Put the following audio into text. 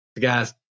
Guys